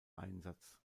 einsatz